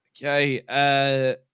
Okay